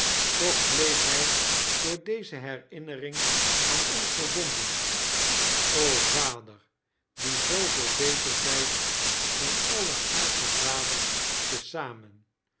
toch bleef hij door deze herinnering aan ons verbonden vader die zooveel beter zijt dan alle aardsche vaders te zamen